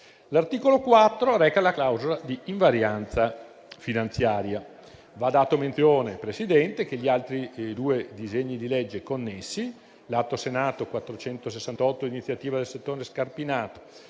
L'articolo 4 reca la clausola di invarianza finanziaria. Va data menzione, signor Presidente, che gli altri due disegni di legge connessi, l'Atto Senato 468, di iniziativa del senatore Scarpinato,